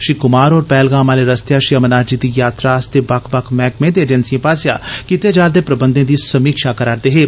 श्री कुमार होर पहलगाम आह्ले रस्तेया श्री अमरनाथ जी दी यात्रा आस्ते बक्ख बक्ख मैहकमें ते एजेंसियें पास्सेआ कीते जा'रदे प्रबंधें दी समीक्षा करा करदे हे